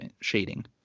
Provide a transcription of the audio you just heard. shading